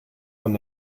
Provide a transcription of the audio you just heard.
von